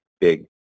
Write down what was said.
big